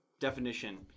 definition